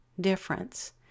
difference